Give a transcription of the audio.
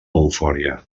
eufòria